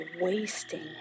wasting